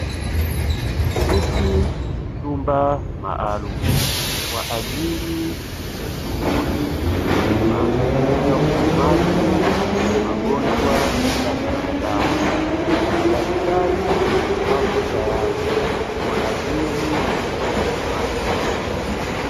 Hiki ni chumba maalumu kwa ajili ya shughuli nzima za upimaji magonjwa ya binadamu, madaktari wapo tayari kwa ajili ya upimaji.